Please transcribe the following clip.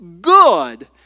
good